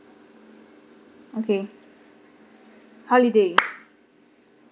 okay holiday